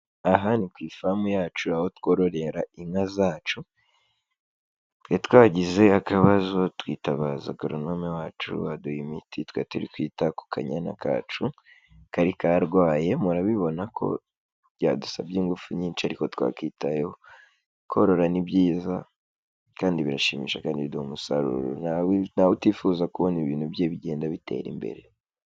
Aha ni ku ifamu yacu aho twororera inka zacu, twari twagize akabazo twitabaza guronome wacu aduha imiti twari turi kwita ku kanyana kacu, kari karwaye murabibona ko byadusabye ingufu nyinshi ariko twakwitayeho. Korora ni byiza, kandi birashimisha kandi biduha umusaruro, ntawutifuza kubona ibintu bye bigenda bitera imbere.